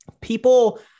People